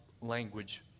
language